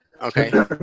Okay